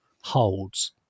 holds